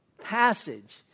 passage